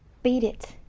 beat it,